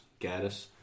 Gaddis